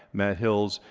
matt hills,